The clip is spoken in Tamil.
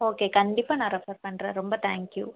ஓகே கண்டிப்பாக நான் ரெஃபர் பண்ணுறேன் ரொம்ப தேங்க் யூ